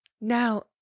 Now